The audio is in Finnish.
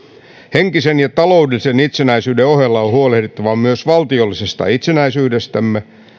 henkisen ja taloudellisen itsenäisyyden ohella on huolehdittava myös valtiollisesta itsenäisyydestämme